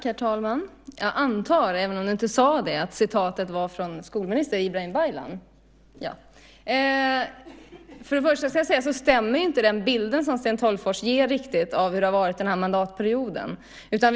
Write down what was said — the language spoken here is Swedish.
Herr talman! Jag antar, även om du inte sade det, att citatet var från skolminister Ibrahim Baylan. Först och främst ska jag säga att den bild som Sten Tolgfors ger om hur det har varit under den här mandatperioden inte riktigt stämmer.